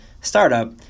Startup